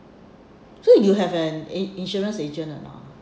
so you have an in~ insurance agent or not